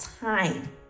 time